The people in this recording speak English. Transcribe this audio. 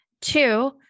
Two